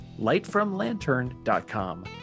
lightfromlantern.com